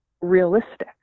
realistic